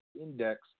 index